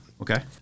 Okay